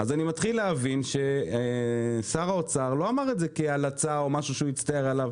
אני מתחיל להבין ששר האוצר לא אמר את זה כהלצה או משהו שהוא הצטער עליו,